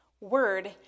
word